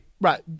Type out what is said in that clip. right